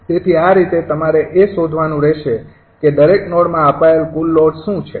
તેથી આ રીતે તમારે એ શોધવાનું રહેશે કે દરેક નોડમાં અપાયેલ કુલ લોડ શું છે